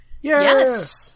Yes